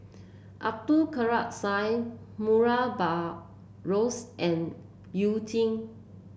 Abdul Kadir Syed Murray Buttrose and You Jin